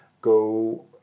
go